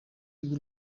bw’u